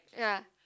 ya